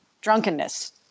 drunkenness